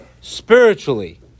spiritually